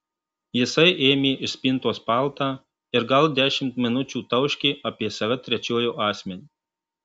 jisai ėmė iš spintos paltą ir gal dešimt minučių tauškė apie save trečiuoju asmeniu